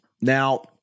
Now